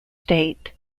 state